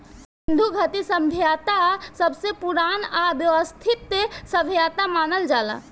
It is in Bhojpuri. सिन्धु घाटी सभ्यता सबसे पुरान आ वयवस्थित सभ्यता मानल जाला